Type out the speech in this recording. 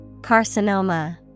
Carcinoma